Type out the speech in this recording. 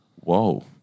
Whoa